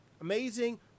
amazing